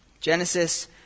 Genesis